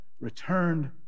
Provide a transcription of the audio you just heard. returned